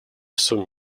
всем